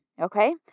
Okay